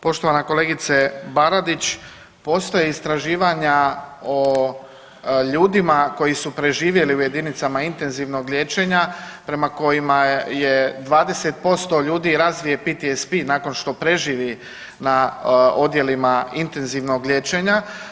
Poštovana kolegice Baradić, postoje istraživanja o ljudima koji su preživjeli u jedinicama intenzivnog liječenja prema kojima je 20% ljudi razvije PTSP nakon što preživi na odjelima intenzivnog liječenja.